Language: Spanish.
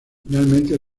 finalmente